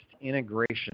integration